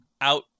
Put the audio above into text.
out